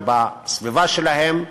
ובסביבה שלהם,